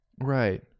right